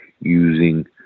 using